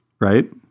right